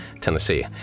Tennessee